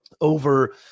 over